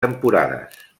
temporades